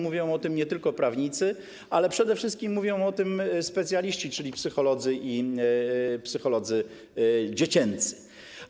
Mówią o tym nie tylko prawnicy, ale przede wszystkim mówią o tym specjaliści, czyli psycholodzy i psycholodzy dziecięcy.